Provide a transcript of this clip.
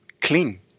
clean